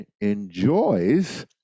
enjoys